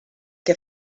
que